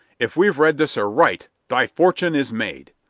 if we've read this aright, thy fortune is made.